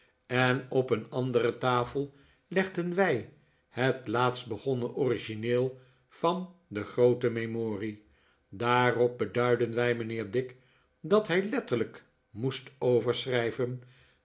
en op een andere tafel legden wij het laatst begonnen origineel van de groote memorie daarop beduidden wij mijnheer dick dat hij letterlijk moest